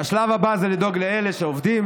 והשלב הבא זה לדאוג לאלה שעובדים